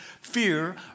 Fear